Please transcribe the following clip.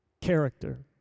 Character